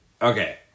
Okay